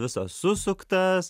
visas susuktas